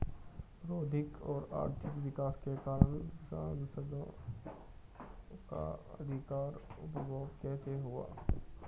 प्रौद्योगिक और आर्थिक विकास के कारण संसाधानों का अधिक उपभोग कैसे हुआ है?